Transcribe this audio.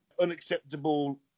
unacceptable